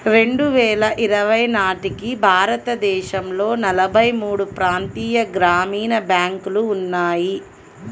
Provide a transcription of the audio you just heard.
రెండు వేల ఇరవై నాటికి భారతదేశంలో నలభై మూడు ప్రాంతీయ గ్రామీణ బ్యాంకులు ఉన్నాయి